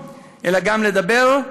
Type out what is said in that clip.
אלא גם לדבר,